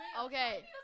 Okay